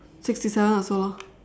sixty seven also lor